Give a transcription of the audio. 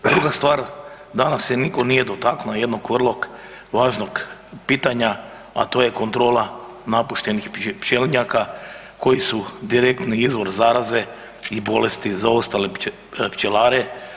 Druga stvar, danas se niko nije dotaknuo jednog vrlog važnog pitanja, a to je kontrola napuštenih pčelinjaka koji su direktni izvor zaraze i bolesti za ostale pčelare.